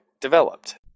developed